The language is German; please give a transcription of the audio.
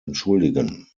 entschuldigen